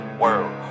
world